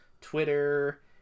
Twitter